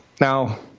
Now